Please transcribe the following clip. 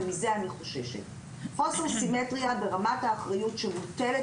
ומזה אני חוששת; חוסר סימטריה ברמת האחריות שמוטלת